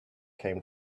came